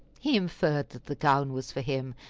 he inferred that the gown was for him,